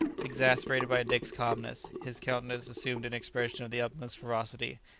exasperated by dick's calmness, his countenance assumed an expression of the utmost ferocity,